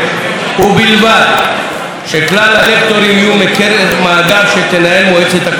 ובלבד שכלל הלקטורים יהיו מקרב מאגר שתנהל מועצת הקולנוע.